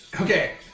Okay